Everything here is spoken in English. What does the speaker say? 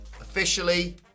officially